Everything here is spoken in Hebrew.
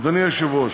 אדוני היושב-ראש,